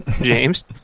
James